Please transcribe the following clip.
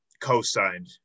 Co-signed